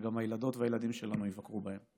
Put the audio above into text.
שגם הילדות והילדים שלנו יבקרו בהם.